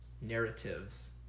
narratives